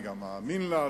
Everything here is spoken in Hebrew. אני גם מאמין לה,